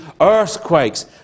earthquakes